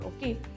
okay